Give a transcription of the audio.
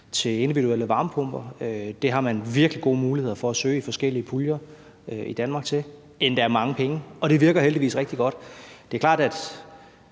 til individuelle varmepumper. Det har man virkelig gode muligheder for at søge i forskellige puljer i Danmark, endda mange penge, og det virker heldigvis rigtig godt. Det er klart, at